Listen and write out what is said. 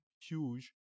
huge